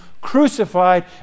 crucified